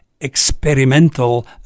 experimental